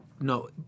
No